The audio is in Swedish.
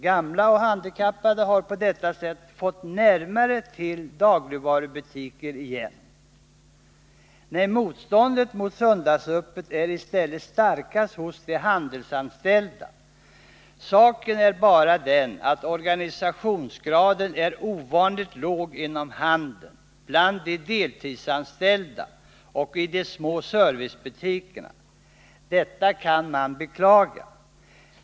Gamla och handikappade har på detta sätt fått närmare till dagligvarubutiker igen. Nej, motståndet mot söndagsöppet är i stället starkast hos de handelsanställda. Saken är bara den att organisationsgraden är ovanligt låg inom handeln, bland de deltidsanställda och i de små servicebutikerna. Detta kan man beklaga.